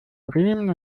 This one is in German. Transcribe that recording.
bremen